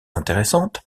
intéressante